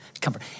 comfort